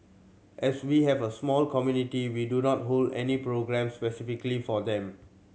as we have a small community we do not hold any programmes specifically for them